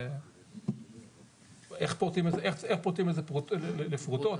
איך פורטים את זה לפרוטות,